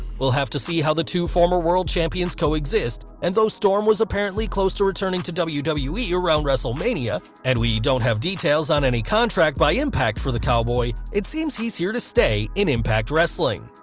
we'll have to see how the two former world champions co-exist, and though storm was apparently close to returning to wwe wwe around wrestlemania, and we don't have details on any contract by impact for the cowboy, it seems he's here to stay in impact wrestling.